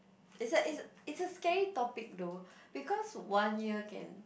is like is is a scary topic though because one year can